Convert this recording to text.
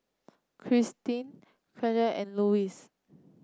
Kristin Kenisha and Louisa